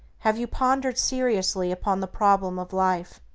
have you pondered seriously upon the problem of life?